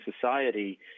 society